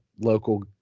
local